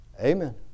Amen